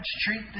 treat